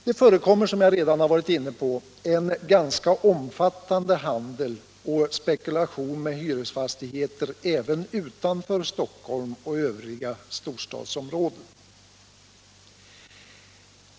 Det förekommer, som jag redan varit inne på, en ganska omfattande handel och spekulation med hyresfastigheter även utanför Stockholm och övriga storstadsområden.